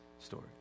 story